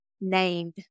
named